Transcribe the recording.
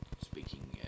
speaking